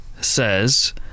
says